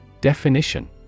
Definition